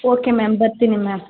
okay ma'am ಬರ್ತೀನಿ ma'am